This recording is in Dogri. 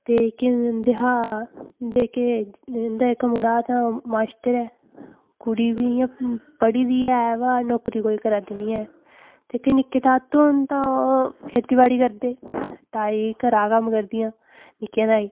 ते जेह्के उं'दे शा जेह्के उंदा इक मुड़ा तां ओह् माश्टर ऐ कुड़ी बी इ'यां पढ़ी दी ऐ पर नौकरी कोई करा दी नेईं ऐ जेह्के निक्के तातो न तां ओह् खेतीबाड़ी करदे ताई घरै कम्म करदियां निक्कियां ताई